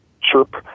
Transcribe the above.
chirp